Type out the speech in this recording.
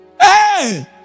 Hey